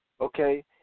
okay